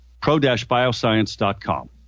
pro-bioscience.com